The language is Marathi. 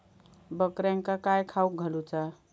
बकऱ्यांका काय खावक घालूचा?